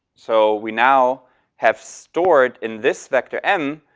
so we now have stored in this vector m,